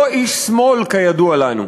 לא איש שמאל כידוע לנו: